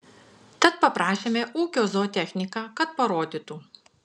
tad paprašėme ūkio zootechniką kad parodytų